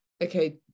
Okay